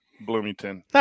Bloomington